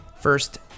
First